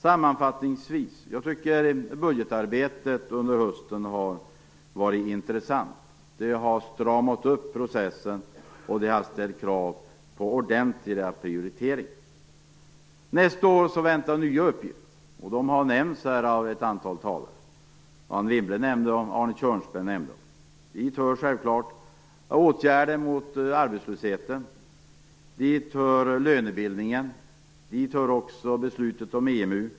Sammanfattningsvis tycker jag att budgetarbetet under hösten har varit intressant. Det har stramat upp processen, och det har ställt krav på ordentlig prioritering. Nästa år väntar nya uppgifter, som har nämnts av en del talare här. Anne Wibble nämnde dem, och Arne Kjörnsberg nämnde dem. Dit hör självklart åtgärder mot arbetslösheten. Dit hör lönebildningen och beslutet om EMU.